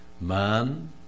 Man